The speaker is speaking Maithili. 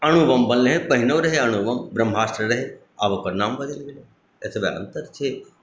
अणु बम बनलए पहिनो रहै अणु बम ब्रह्मास्त्र रहै आब ओकर नाम बदैल गेलै एतबा अंतर छै